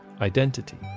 identity